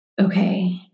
Okay